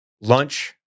lunch